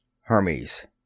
Hermes